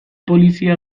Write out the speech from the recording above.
polizia